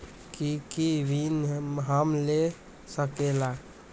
की की ऋण हम ले सकेला?